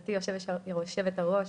גבירתי יושבת הראש,